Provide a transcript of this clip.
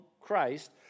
Christ